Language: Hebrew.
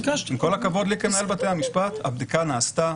עם כל הכבוד לי כמנהל בתי המשפט, הבדיקה נעשתה,